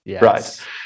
Right